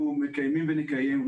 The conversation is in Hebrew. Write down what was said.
אנחנו מקיימים ונקיים דיאלוג.